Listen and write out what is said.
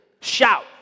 shout